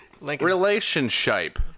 relationship